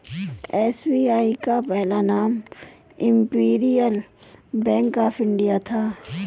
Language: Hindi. एस.बी.आई का पहला नाम इम्पीरीअल बैंक ऑफ इंडिया था